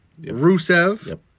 Rusev